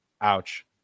Ouch